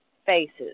faces